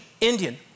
Indian